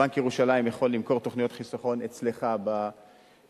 בנק ירושלים יכול למכור תוכניות חיסכון אצלך בדואר,